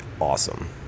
awesome